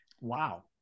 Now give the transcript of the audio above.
Wow